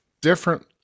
different